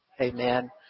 amen